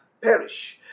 perish